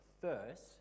First